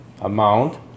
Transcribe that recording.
amount